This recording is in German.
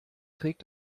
trägt